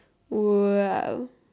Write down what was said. !wow!